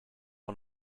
one